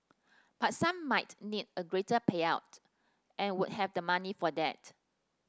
but some might need a greater payout and would have the money for that